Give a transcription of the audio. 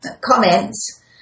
comments